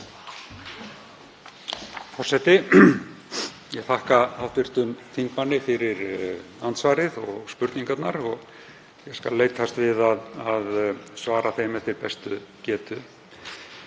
Forseti. Ég þakka hv. þingmanni fyrir andsvarið og spurningarnar. Ég skal leitast við að svara þeim eftir bestu getu.